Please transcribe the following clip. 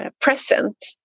present